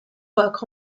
work